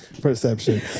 Perception